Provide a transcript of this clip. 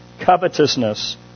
covetousness